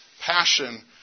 passion